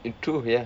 it's true ya